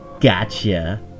Gotcha